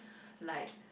like